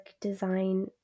design